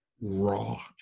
raw